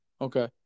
Okay